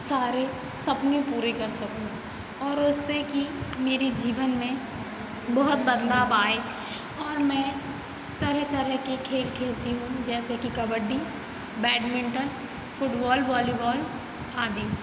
सारे सपने पूरे कर सकूं और उससे की मेरी जीवन में बहुत बदलाव आए और मैं तरह तरह के खेल खेलती हूँ जैसे कि कबड्डी बैडमिंटन फुटबॉल वॉलीबॉल आदि